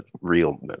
real